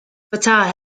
fatah